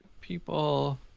people